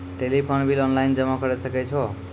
Telephone bill online जमा करै सकै छौ?